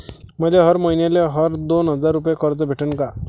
मले हर मईन्याले हर दोन हजार रुपये कर्ज भेटन का?